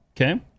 Okay